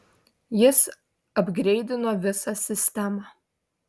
jis apgreidino visą sistemą